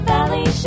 Valley